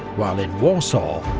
while in warsaw,